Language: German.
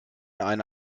eine